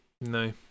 no